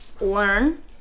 learn